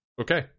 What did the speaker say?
Okay